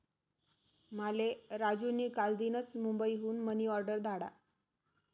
माले राजू नी कालदीनच मुंबई हुन मनी ऑर्डर धाडा